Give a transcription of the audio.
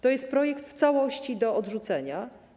To jest projekt w całości do odrzucenia.